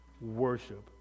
worship